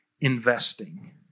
Investing